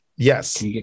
Yes